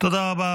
תודה רבה.